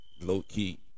low-key